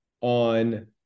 on